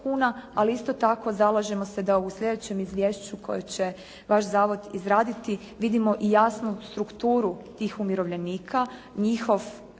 ali isto tako zalažemo se da u sljedećem izvješću koje će vaš zavod izraditi, vidimo i jasnu strukturu tih umirovljenika, njihove